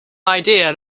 idea